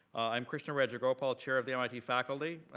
i'm krishna rajagopal, chair of the mit faculty.